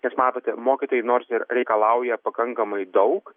nes matote mokytojai nors ir reikalauja pakankamai daug